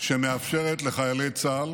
שמאפשרת לחיילי צה"ל